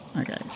Okay